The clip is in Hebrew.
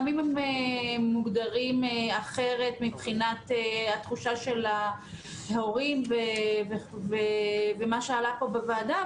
גם אם הם מוגדרים אחרת מבחינת התחושה של ההורים ומה שעלה פה בוועדה,